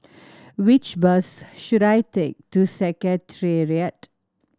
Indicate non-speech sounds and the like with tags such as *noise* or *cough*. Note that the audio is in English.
*noise* which bus should I take to Secretariat